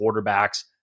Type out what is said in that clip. quarterbacks